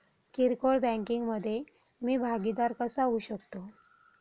किरकोळ बँकिंग मधे मी भागीदार कसा होऊ शकतो?